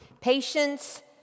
Patience